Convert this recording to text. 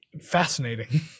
Fascinating